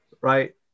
Right